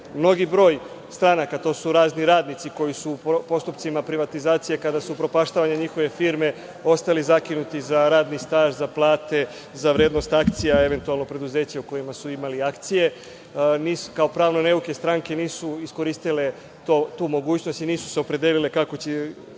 Mnogi broj stranaka, to su razni radnici koji su u postupcima privatizacije kada su upropaštavane njihove firme ostali zakinuti za radni staž, za plate, za vrednost akcija, eventualno, preduzeća u kojima su imali akcije, kao pravno neuke stranke nisu iskoristile tu mogućnost i nisu se opredelile kako će